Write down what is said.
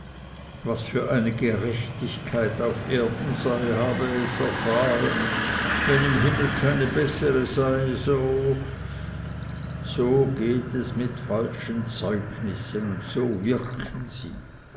was für eine gerechtigkeit auf erden sei habe es erfahren wenn im himmel keine bessere sei so so geht es mit falschen zeugnissen und so wirken sie